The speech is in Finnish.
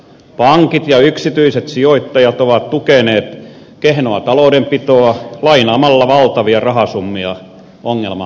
pankit ja yksityiset sijoittajat ovat tukeneet kehnoa taloudenpitoa lainaamalla valtavia rahasummia ongelmamaille